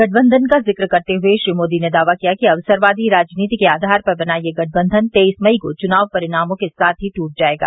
गठबंधन का जिक्र करते हुए श्री मोदी ने दावा कि अक्सरवादी राजनीति के आधार पर बना यह गठबंधन तेईस मई को चुनाव परिणामों के साथ ही टूट जायेगा